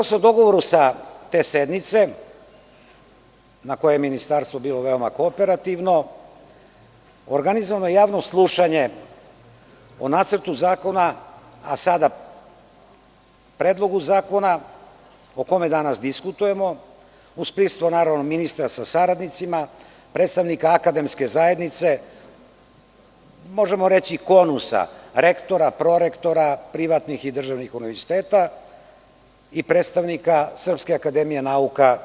Saglasno u dogovoru sa te sednice, na kojoj je Ministarstvo bilo veoma kooperativno, organizovano je javno slušanje o Nacrtu zakona, a sada Predlogu zakona o kome danas diskutujemo, u smislu naravno ministra sa saradnicima, predstavnika akademske zajednice, možemo reći KONUS-a, rektora, prorektora privatnih i državnih univerziteta i predstavnika SANU.